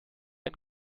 ein